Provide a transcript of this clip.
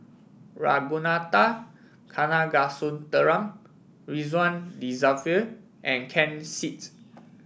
Ragunathar Kanagasuntheram Ridzwan Dzafir and Ken Seet